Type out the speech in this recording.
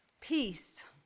Peace